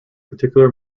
particular